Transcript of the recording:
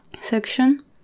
section